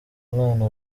umwana